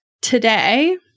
today